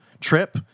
Trip